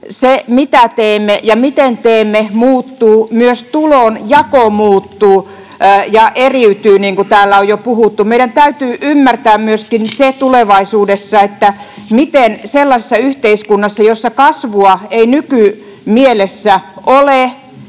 se, mitä teemme ja miten teemme, muuttuu, myös tulonjako muuttuu ja eriytyy, niin kuin täällä on jo puhuttu. Meidän täytyy ymmärtää myöskin se tulevaisuudessa, kuinka sellaisessa yhteiskunnassa, jossa kasvua ei nykymielessä ole,